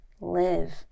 live